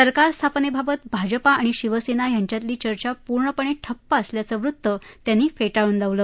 सरकार स्थापनेबाबत भाजपा आणि शिवसेना यांच्यातली चर्चा पूर्णपणे ठप्प असल्याचं वृत्त त्यांनी फेटाळून लावलं